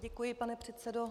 Děkuji, pane předsedo.